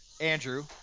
Andrew